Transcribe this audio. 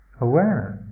awareness